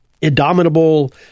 indomitable